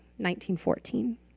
1914